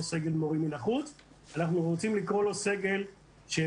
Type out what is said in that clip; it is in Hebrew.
סגל מורים מן החוץ אלא אנחנו רוצים לקרוא לו סגל שנקרא